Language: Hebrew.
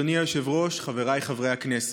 אדוני היושב-ראש, חבריי חברי הכנסת,